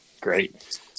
great